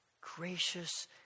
gracious